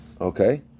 Okay